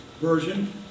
version